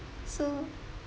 so